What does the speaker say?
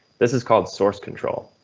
this is called source control.